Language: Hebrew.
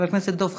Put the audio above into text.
חבר הכנסת דב חנין,